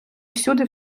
всюди